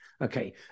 Okay